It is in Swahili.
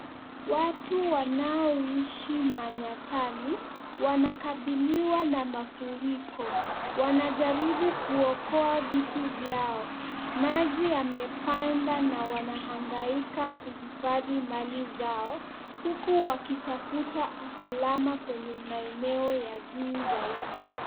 Watu wanaoishi manyattani, wanakabiliwa na mafuriko. Wanajaribu kuokoa vitu vyao. Maji yamepanda na wanahangaika kuhifadhi mali zao, huku wakitafuta usalama kwenye maeneo ya juu zaidi.